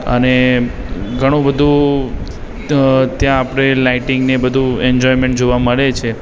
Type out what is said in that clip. અને ઘણું બધું ત્યાં આપણે લાઇટિંગને એ બધું એન્જોયમેન્ટ જોવા મળે છે